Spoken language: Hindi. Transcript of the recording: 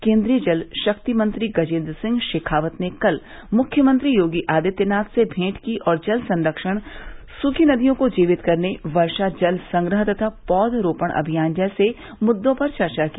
केंद्रीय जल शक्ति मंत्री गजेंद्र सिंह शेखावत ने कल मुख्यमंत्री योगी आदित्यनाथ से भेंट की और जल संख्यण सुखी नदियों को जीवित करने वर्षा जल संग्रह तथा पौध रोपण अभियान जैसे मुद्दों पर चर्चा की